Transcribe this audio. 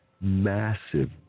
massive